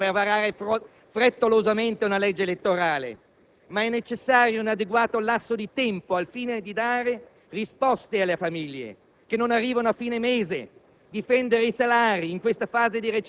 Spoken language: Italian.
che porti a compimento la riforma elettorale, le modifiche strutturali e dei Regolamenti parlamentari, nonché il risanamento economico. Soprattutto, in questa difficile fase economica